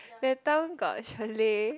later got chalet